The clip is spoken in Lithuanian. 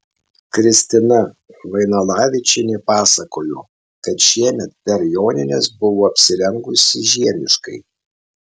kristina vainalavičienė pasakojo kad šiemet per jonines buvo apsirengusi žiemiškai